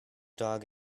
dog